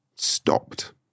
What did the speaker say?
stopped